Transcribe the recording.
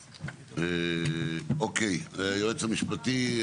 אוקיי, היועץ המשפטי,